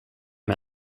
med